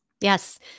Yes